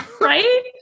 Right